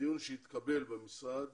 בדיון שהתקיים במשרד